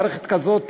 מערכת כזו,